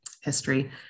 history